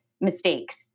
mistakes